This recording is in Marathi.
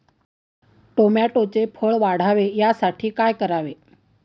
टोमॅटोचे फळ वाढावे यासाठी काय करावे?